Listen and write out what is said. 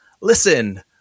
listen